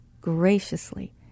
graciously